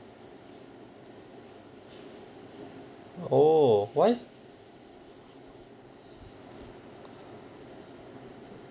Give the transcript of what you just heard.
oh why